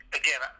again